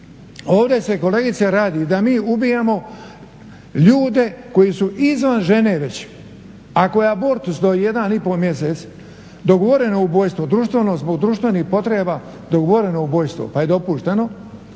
Ovdje se kolegice radi da mi ubijamo ljude koji su izvan žene veće. Ako je abortus do jedan i pol mjeseci dogovoreno ubojstvo zbog društvenih potreba dogovoreno ubojstvo pa je dopušteno,